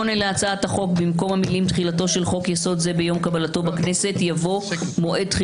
במקום המילים "ביום קבלתו בכנסת" יבוא "עשרים